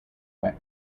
wet